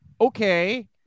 Okay